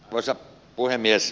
arvoisa puhemies